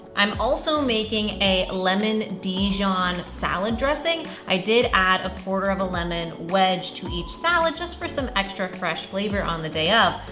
i'm also making a lemon dijon salad dressing. i did add a quarter of a lemon wedge to each salad just for some extra fresh flavor on the day of.